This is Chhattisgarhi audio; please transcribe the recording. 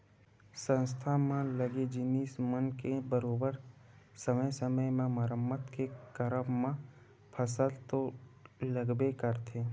संस्था म लगे जिनिस मन के बरोबर समे समे म मरम्मत के करब म पइसा तो लगबे करथे